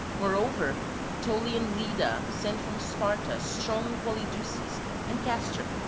moreover aetolian leda sent from sparta strong polydeuces and castor,